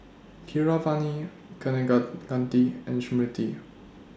Keeravani Kaneganti and Smriti